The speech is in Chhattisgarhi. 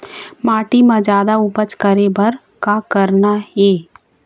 माटी म जादा उपज करे बर का करना ये?